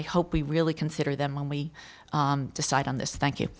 i hope we really consider them when we decide on this thank you